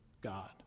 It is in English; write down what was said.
God